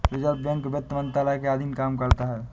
reserve Bank वित्त मंत्रालय के अधीन काम करता है